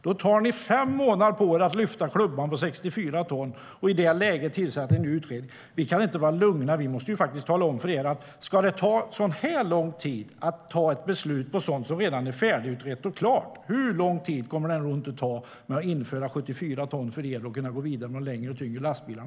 Då tar ni fem månader på er att lyfta klubban för 64 ton och tillsätter ingen utredning. Vi kan inte vara lugna. Om det ska ta så här lång tid att ta ett beslut om sådant som redan är färdigutrett och klart, hur lång tid kommer då inte att ta för er att införa 74 ton och gå vidare med längre och tyngre lastbilar?